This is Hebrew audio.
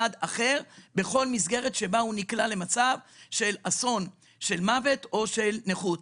אחר שנקלע למצב של אסון של מוות או של נכות.